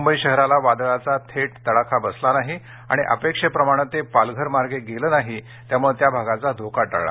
मुंबई शहराला वादळाचा थेट तडाखा बसला नाही आणि अपेक्षेप्रमाणे ते पालघरमार्गे गेलं नाही त्यामुळे त्या भागाचा धोका टळला